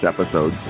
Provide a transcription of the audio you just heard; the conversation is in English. episode's